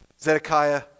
Zedekiah